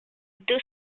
deux